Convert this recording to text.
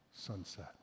sunset